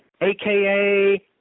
AKA